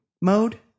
mode